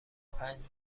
پنج